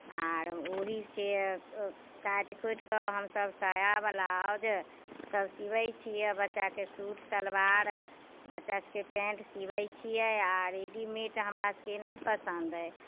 आर ओहिके काटि खोटि कऽ हमसभ साया ब्लाउजसभ सिबै छियै बच्चाके सूट सलवार बच्चासभके पैन्ट सिबै छियै आओर रेडीमेड हमरासभके नहि पसन्द अइ